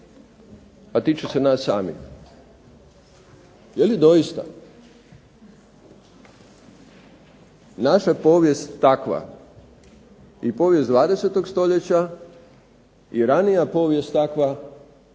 a tiče se nas samih. Je li doista naša povijest takva, i povijest 20. stoljeća i ranija povijest, takva